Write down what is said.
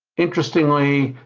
interestingly,